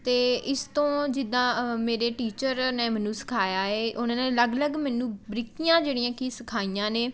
ਅਤੇ ਇਸ ਤੋਂ ਜਿੱਦਾਂ ਮੇਰੇ ਟੀਚਰ ਨੇ ਮੈਨੂੰ ਸਿਖਾਇਆ ਹੈ ਉਹਨਾਂ ਨੇ ਅਲੱਗ ਅਲੱਗ ਮੈਨੂੰ ਬਰੀਕੀਆਂ ਜਿਹੜੀਆਂ ਕਿ ਸਿਖਾਈਆਂ ਨੇ